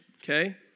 Okay